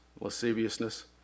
lasciviousness